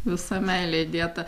visa meilė įdėta